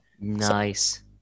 Nice